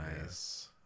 nice